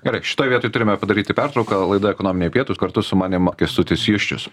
gerai šitoj vietoj turime padaryti pertrauką laida ekonominiai pietūs kartu su manim kęstutis juščius